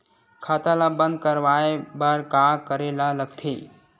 खाता ला बंद करवाय बार का करे ला लगथे?